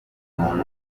n’umuntu